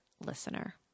listener